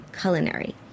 Culinary